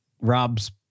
rob's